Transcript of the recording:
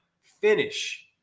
finish